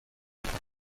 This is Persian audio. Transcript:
بعنوان